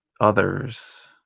others